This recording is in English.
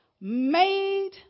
made